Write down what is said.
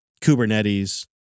Kubernetes